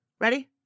Ready